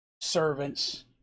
servants